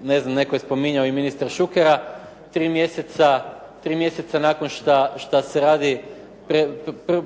ne znam netko je spominjao i ministra Šukera, tri mjeseca nakon što se radi